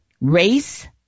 race